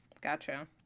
gotcha